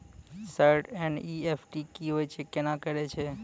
Sir NEFT की होय छै, केना करे छै?